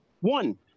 one